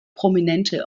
prominente